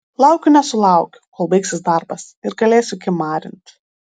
laukiu nesulaukiu kol baigsis darbas ir galėsiu kimarint